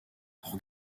pour